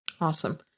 Awesome